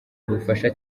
ubufasha